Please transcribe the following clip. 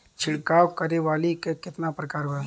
छिड़काव करे वाली क कितना प्रकार बा?